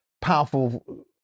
powerful